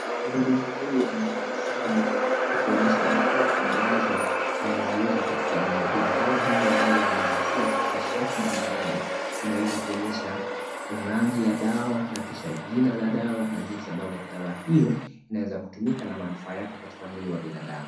Mhudumu huyu anatabasamu akionyesha dawa ambazo anaziuza katika eneo hili, dawa hizi ambazo zimepakiwa katika shelfu mbalimbali zinaweza kuonyesha rangi ya dawa na kisha jina la dawa na jinsi ambavyo dawa hiyo inaweza kutumika na manufaa yake katika mwili wa binadamu.